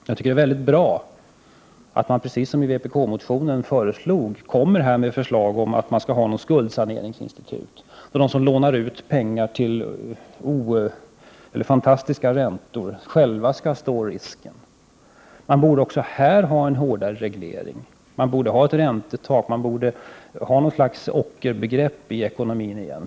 Vi i vpk säger i vår motion på den här punkten att det är väldigt bra att man kommer med förslag om ett slags skuldsaneringsinstitut. Det handlar då om dem som lånar ut pengar till fantastiska räntor. De skall själva ta risker. Det borde också här vara en hårdare reglering. Man borde ha ett räntetak, man borde ha ett slags ockerbegrepp i ekonomin igen.